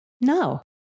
No